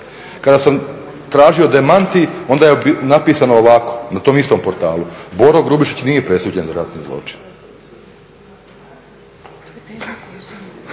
kada sam tražio demanti, onda je napisano ovako na tom istom portalu, Boro Grubišić nije presuđen za ratni zločin,